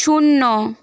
শূন্য